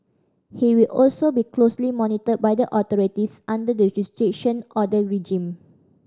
he will also be closely monitored by the authorities under the Restriction Order regime